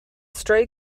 stray